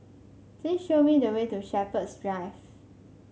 please show me the way to Shepherds Drive